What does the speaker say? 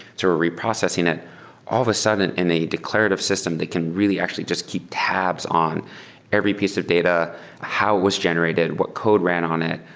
so we're reprocessing it. all of a sudden in a declarative system, they can really actually just keep tabs on every piece of data how it was generated. what code ran on it?